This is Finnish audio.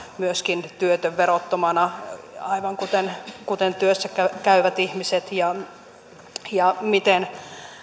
myöskin työtön verottomana aivan kuten kuten työssä käyvät ihmiset ja miten